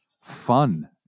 fun